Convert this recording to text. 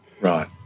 Right